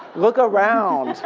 look around.